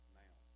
now